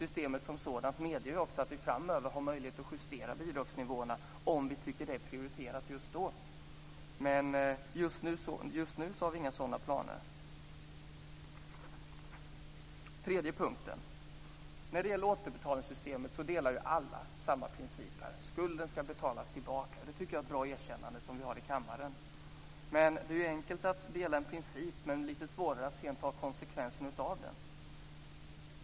Systemet som sådant medger ju också att vi framöver har möjlighet att justera bidragsnivåerna om vi tycker att det är prioriterat just då. Men just nu har vi inga sådana planer. När det gäller återbetalningssystemet är vi alla överens om samma princip: Skulden ska betalas tillbaka. Det tycker jag är ett bra erkännande i kammaren. Det är enkelt att dela uppfattning om en princip, men lite svårare att sedan ta konsekvenserna av den.